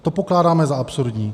To pokládáme za absurdní.